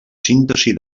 síntesi